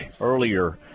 earlier